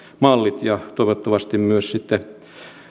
mallit toivottavasti myös sitten